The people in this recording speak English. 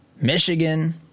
Michigan